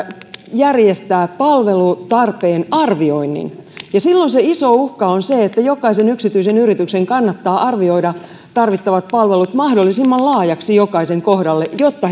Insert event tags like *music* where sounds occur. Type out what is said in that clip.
järjestää palvelutarpeen arvioinnin silloin se iso uhka on se että jokaisen yksityisen yrityksen kannattaa arvioida tarvittavat palvelut mahdollisimman laajaksi jokaisen kohdalla jotta *unintelligible*